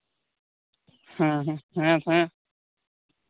ᱦᱮᱸᱦᱮᱸ ᱦᱮᱸ ᱦᱮᱸ